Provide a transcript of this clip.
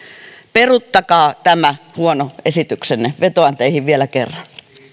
peruuttakaa tämä huono esityksenne vetoan teihin vielä kerran